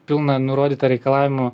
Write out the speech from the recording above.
pilna nurodyta reikalavimų